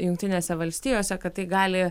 jungtinėse valstijose kad tai gali